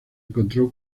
encontró